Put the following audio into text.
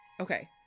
Okay